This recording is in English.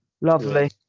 lovely